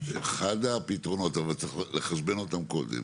שאחד הפתרונות, אבל צריך לחשבן אותם קודם,